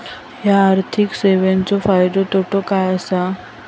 हया आर्थिक सेवेंचो फायदो तोटो काय आसा?